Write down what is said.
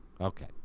Okay